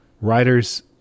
writers